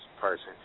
person